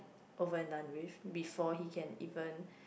over and done with before he can even